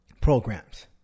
programs